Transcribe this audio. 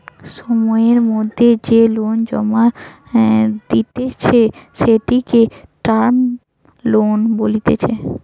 সময়ের মধ্যে যে লোন জমা দিতেছে, সেটিকে টার্ম লোন বলতিছে